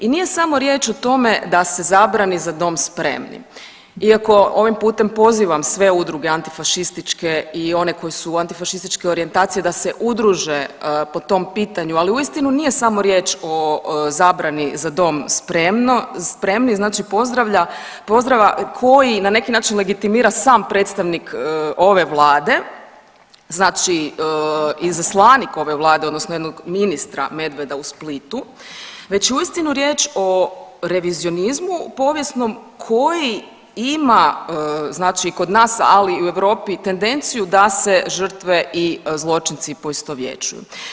I nije samo riječ o tome da se zabrani „Za dom spremni“, iako ovim putem pozivam sve udruge antifašističke i one koje su antifašističke organizacije da se udruže po tom pitanju, ali uistinu nije samo riječ o zabrani „Za dom spremni“ znači pozdrava koji na neki način legitimira sam predstavnik ove vlade, znači izaslanik ove vlade odnosno jedno ministra Medveda u Splitu već je uistinu riječ o revizionizmu povijesnom koji ima kod nas, ali i u Europi tendenciju da se žrtve i zločinci poistovjećuju.